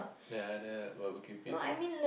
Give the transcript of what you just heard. there are the barbecue pits what